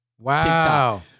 Wow